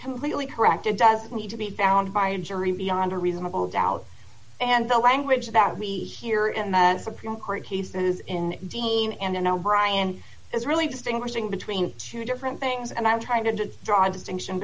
completely correct it does need to be found by a jury beyond a reasonable doubt and the language that we hear in the supreme court case that is in dean and o'brien is really distinguishing between two different things and i'm trying to draw a distinction